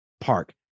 park